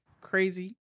crazy